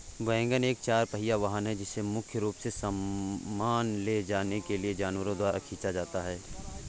wagon एक चार पहिया वाहन है जिसे मुख्य रूप से सामान ले जाने के लिए जानवरों द्वारा खींचा जाता है